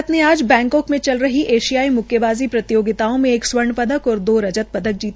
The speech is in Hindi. भारत ने आज बैंकाक मे चल रही एशियाई मुक्केबाज़ी प्रतियोगिता में एक स्वर्ण पदक और दो रजत जीते